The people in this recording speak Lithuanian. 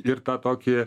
ir tą tokį